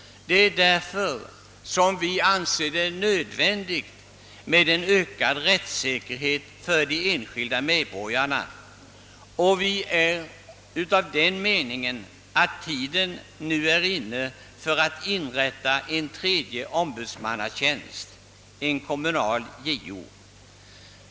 Det är därför vi anser det nödvändigt med ökad rättssäkerhet för de enskilda medborgarna, och vi är av den meningen att tiden nu är inne att inrätta en tredje ombudsmannatjänst, en kommunal. JO.